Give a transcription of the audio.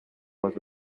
was